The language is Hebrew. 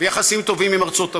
ויחסים טובים עם ארצות הברית,